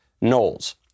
Knowles